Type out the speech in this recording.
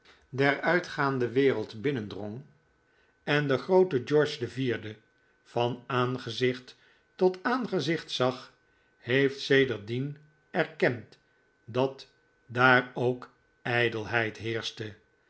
der uitgaande wereld binnendrong en den grooten george iv van aangezicht tot aangezicht zag heeft sedert dien erkend dat daar ook ijdelheid heerschte